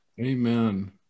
Amen